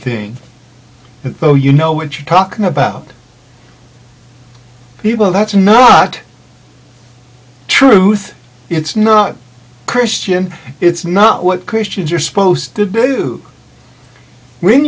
thing though you know what you're talking about people that's not truth it's not christian it's not what christians are supposed to do when